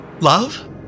Love